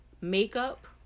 Makeup